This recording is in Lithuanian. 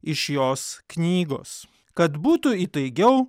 iš jos knygos kad būtų įtaigiau